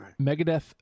Megadeth